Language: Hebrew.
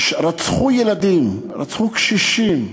שרצחו ילדים, רצחו קשישים,